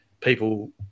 people